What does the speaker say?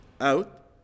out